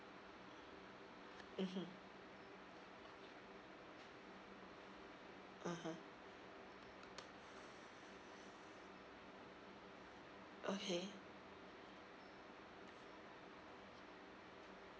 mmhmm okay